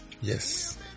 Yes